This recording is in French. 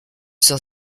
s’en